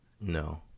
no